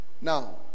now